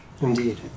Indeed